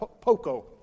poco